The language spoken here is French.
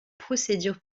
procédure